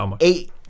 eight